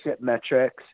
metrics